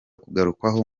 kugarukwaho